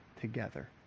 together